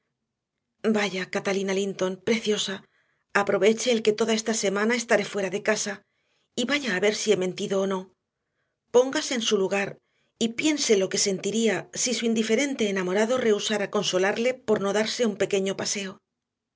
vaya catalina linton preciosa aproveche el que toda esta semana estaré fuera de casa y vaya a ver si he mentido o no póngase en su lugar y piense lo que sentiría si su indiferente enamorado rehusara consolarle por no darse un pequeño paseo